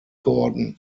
gordon